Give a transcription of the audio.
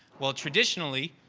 well traditionally,